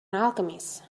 alchemist